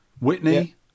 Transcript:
Whitney